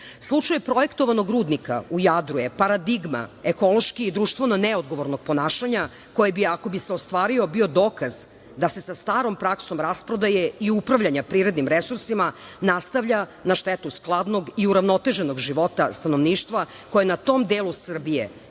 projektovanog rudnika u Jadru je paradigma ekološki i društveno neodgovornog ponašanja koje bi, ako bi se ostvario, bio dokaz da se sa starom praksom rasprodaje i upravljanja prirodnim resursima nastavlja, na štetu skladnog i uravnoteženog života stanovništva koje na tom delu Srbije